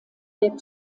der